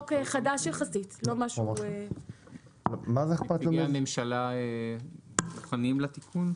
משרדי הממשלה מוכנים לתיקון?